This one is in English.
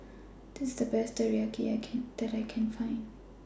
This IS The Best Teriyaki I Can that I Can Find